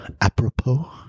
apropos